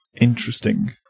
Interesting